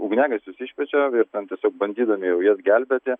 ugniagesius iškviečia ir ten tiesiog bandydami jau jas gelbėti